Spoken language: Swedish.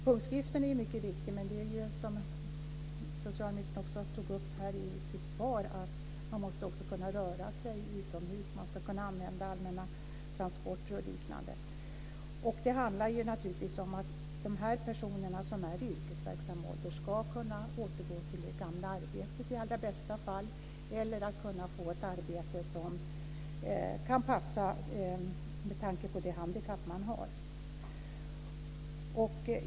Punktskriften är mycket viktig, men som socialministern tog upp i sitt svar måste man också kunna röra sig utomhus, kunna använda allmänna transporter och liknande. Det handlar naturligtvis om att de här personerna, som är i yrkesverksam ålder, i bästa fall ska kunna återgå till det gamla arbetet, eller också få ett arbete som kan passa med tanke på det handikapp man har.